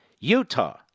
Utah